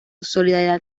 solidaridad